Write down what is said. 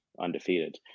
undefeated